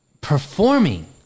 performing